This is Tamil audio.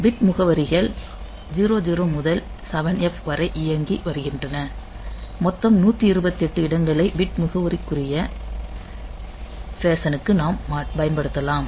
பிட் முகவரிகள் 00 முதல் 7F வரை இயங்கி வருகின்றன மொத்தம் 128 இடங்களை பிட் முகவரிக்குரிய ஃபேஷனுக்கு நாம் பயன்படுத்தலாம்